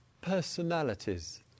personalities